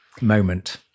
moment